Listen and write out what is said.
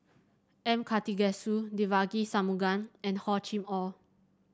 M Karthigesu Devagi Sanmugam and Hor Chim Or